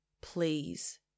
please